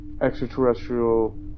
extraterrestrial